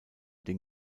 den